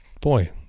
boy